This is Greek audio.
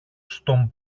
στον